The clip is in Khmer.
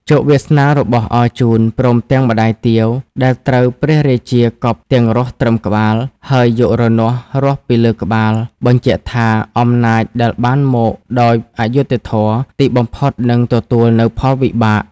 ជោគវាសនារបស់អរជូន ព្រមទាំងម្តាយទាវ ដែលត្រូវព្រះរាជាកប់ទាំងរស់ត្រឹមក្បាល ហើយយករនាស់រាស់ពីលើក្បាល បញ្ជាក់ថា អំណាចដែលបានមកដោយអយុត្តិធម៌ ទីបំផុតនឹងទទួលនូវផលវិបាក។